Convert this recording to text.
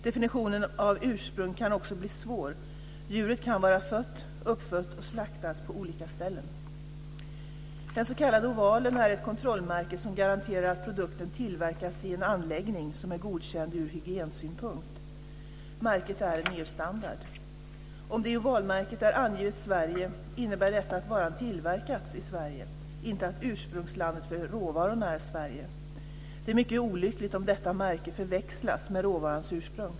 Definitionen av ursprung kan också bli svår; djuret kan vara fött, uppfött och slaktat på olika ställen. Den s.k. ovalen är ett kontrollmärke som garanterar att produkten tillverkats i en anläggning som är godkänd ur hygiensynpunkt. Märket är en EU standard. Om det i ovalmärket är angivet Sverige innebär detta att varan tillverkats i Sverige, inte att ursprungslandet för råvarorna är Sverige. Det är mycket olyckligt om detta märke förväxlas med råvarans ursprung.